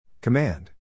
Command